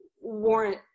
warrant